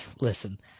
Listen